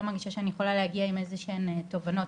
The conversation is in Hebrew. לא מרגישה שאני יכולה להגיע עם איזשהן תובנות,